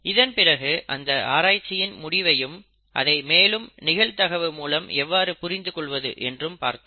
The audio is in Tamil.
இதன் பிறகு அந்த ஆராய்ச்சியின் முடிவையும் அதை மேலும் நிகழ்தகவு மூலம் எவ்வாறு புரிந்துகொள்வது என்று பார்த்தோம்